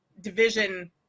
division